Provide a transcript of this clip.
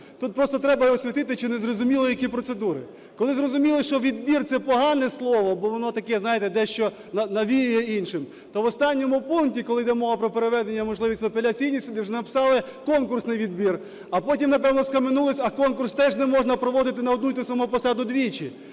тут просто треба освітити чи незрозуміло які процедури. Коли зрозуміло, що "відбір" – це погане слово, бо воно таке, знаєте, дещо навіює іншим, то в останньому пункті, коли йде мова про переведення, можливість, в апеляційні суди, написали "конкурсний відбір", а потім, напевне, схаменулися, а конкурс теж не можна проводити на одну й ту саму посаду двічі.